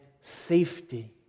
safety